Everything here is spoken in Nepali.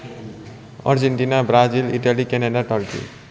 Argentina Brazil Italy Canada Turkey